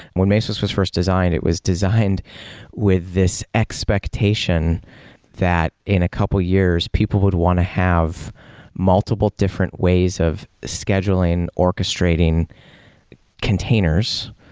when mesos was first designed, it was designed with this expectation that in a couple of years people would want to have multiple different ways of scheduling, orchestrating containers,